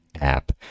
app